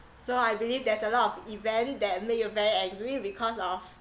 so I believe there's a lot of event that made you very angry because of